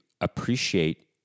appreciate